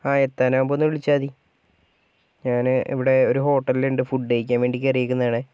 ആ എത്താറാകുമ്പോൾ ഒന്ന് വിളിച്ചാൽ മതി ഞാന് ഇവിടേ ഒരു ഹോട്ടലിൽ ഉണ്ട് ഫുഡ് കഴിക്കാൻ വേണ്ടി കയറിയേക്കുന്നതാണ്